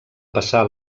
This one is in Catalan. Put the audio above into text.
passar